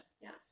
yes